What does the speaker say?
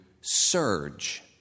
Surge